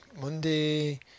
Monday